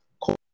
call